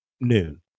noon